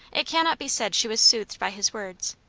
it cannot be said she was soothed by his words,